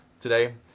today